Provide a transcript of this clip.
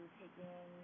taking